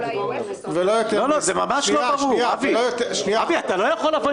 קיבלה אף